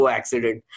accident